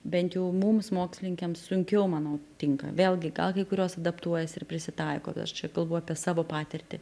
bent jau mums mokslininkėms sunkiau manau tinka vėlgi gal kai kurios adaptuojasi ir prisitaiko čia kalbu apie savo patirtį